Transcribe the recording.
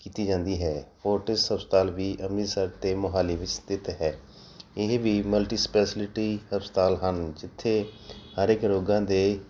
ਕੀਤੀ ਜਾਂਦੀ ਹੈ ਫੋਰਟੀਸ ਹਸਪਤਾਲ ਵੀ ਅੰਮ੍ਰਿਤਸਰ ਅਤੇ ਮੋਹਾਲੀ ਵਿੱਚ ਸਥਿੱਤ ਹੈ ਇਹ ਵੀ ਮਲਟੀ ਸਪੈਸਲਿਟੀ ਹਸਪਤਾਲ ਹਨ ਜਿੱਥੇ ਹਰ ਇੱਕ ਰੋਗਾਂ ਦੇ